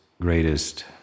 greatest